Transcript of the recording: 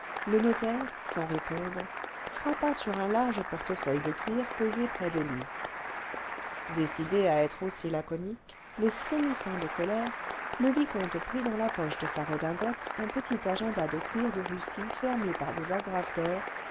le notaire sans répondre frappa sur un large portefeuille de cuir posé près de lui décidé à être aussi laconique mais frémissant de colère le vicomte prit dans la poche de sa redingote un petit agenda de cuir de russie fermé par des agrafes d'or